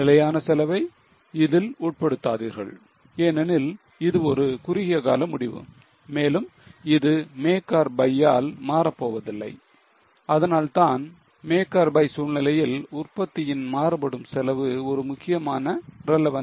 நிலையான செலவை இதில் உட்படுத்தாதீர்கள் ஏனெனில் இது ஒரு குறுகிய கால முடிவு மேலும் இது make or buy ஆல் மாறப் போவதில்லை அதனால்தான் make or buy சூழ்நிலையில் உற்பத்தியின் மாறுபடும் செலவு ஒரு முக்கியமான relevant cost